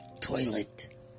toilet